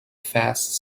fast